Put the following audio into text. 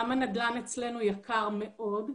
גם הנדל"ן אצלנו יקר מאוד: